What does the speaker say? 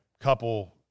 couple